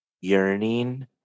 yearning